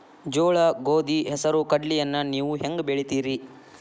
ಜೋಳ, ಗೋಧಿ, ಹೆಸರು, ಕಡ್ಲಿಯನ್ನ ನೇವು ಹೆಂಗ್ ಬೆಳಿತಿರಿ?